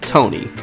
Tony